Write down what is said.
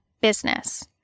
business